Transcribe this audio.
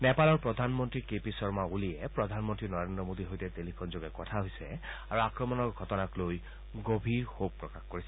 নেপালৰ প্ৰধানমন্ত্ৰী কে পি শৰ্মা অলিয়ে প্ৰধানমন্ত্ৰী নৰেন্দ্ৰ মোদীৰ সৈতে টেলিফোন যোগে কথা হৈছে আৰু আক্ৰমণৰ ঘটনাক লৈ গভীৰ শোকপ্ৰকাশ কৰিছে